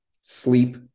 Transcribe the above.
sleep